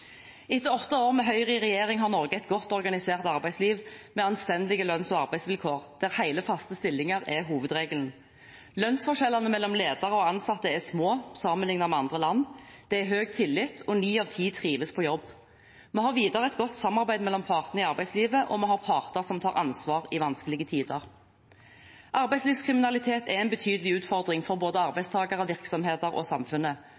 Etter åtte år med Høyre i regjering har Norge et godt organisert arbeidsliv med anstendige lønns- og arbeidsvilkår, der hele, faste stillinger er hovedregelen. Lønnsforskjellene mellom ledere og ansatte er små sammenlignet med andre land, det er høy tillit, og ni av ti trives på jobb. Videre har vi et godt samarbeid mellom partene i arbeidslivet, og vi har parter som tar ansvar i vanskelige tider. Arbeidslivskriminalitet er en betydelig utfordring for både arbeidstakere, virksomheter og samfunnet,